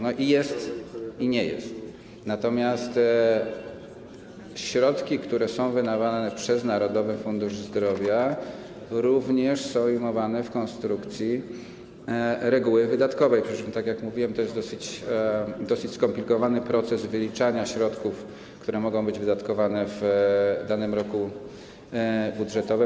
No i jest, i nie jest, natomiast środki, które są wydawane przez Narodowy Fundusz Zdrowia, również są ujmowane w konstrukcji reguły wydatkowej, przy czym, tak jak mówiłem, to jest dosyć skomplikowany proces wyliczania środków, które mogą być wydatkowane w danym roku budżetowym.